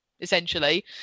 essentially